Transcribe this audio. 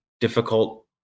difficult